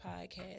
podcast